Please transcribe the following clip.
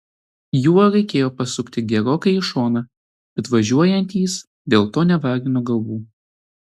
juo reikėjo pasukti gerokai į šoną bet važiuojantys dėl to nevargino galvų